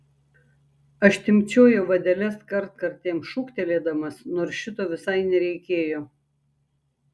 aš timpčiojau vadeles kartkartėm šūktelėdamas nors šito visai nereikėjo